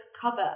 cover